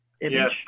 yes